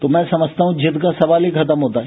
तो मैं समझता हूं कि जिद्द का सवाल ही खत्म होता है